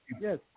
Yes